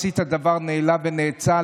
עשית דבר נעלה ונאצל,